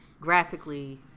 graphically